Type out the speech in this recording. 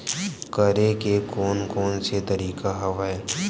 करे के कोन कोन से तरीका हवय?